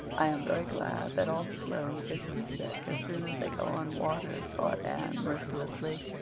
i am very glad that all the sloanes get seasick as soon as they go on water, thought anne mercilessly.